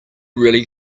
really